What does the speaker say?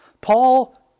Paul